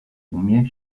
umie